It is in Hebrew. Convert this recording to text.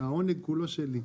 העונג כולו שלי.